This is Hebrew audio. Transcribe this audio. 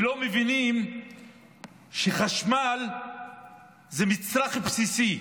ולא מבינים שחשמל זה מצרך בסיסי,